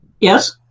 yes